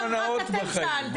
למטרת החוק?